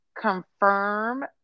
confirm